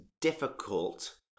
difficult